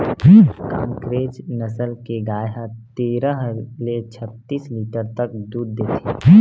कांकरेज नसल के गाय ह तेरह ले छत्तीस लीटर तक दूद देथे